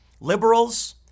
liberals